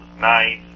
nice